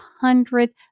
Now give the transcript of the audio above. hundred